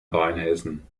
rheinhessen